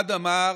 אחד אמר: